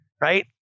right